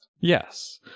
yes